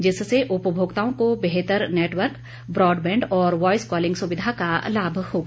जिससे उपभोक्ताओं को बेहतर नेटवर्क ब्राडबैंड और वाईस कॉलिंग सुविधा का लाभ मिलेगा